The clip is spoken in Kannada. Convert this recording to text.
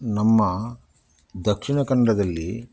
ನಮ್ಮ ದಕ್ಷಿಣ ಕನ್ನಡದಲ್ಲಿ